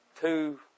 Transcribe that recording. Two